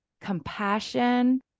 compassion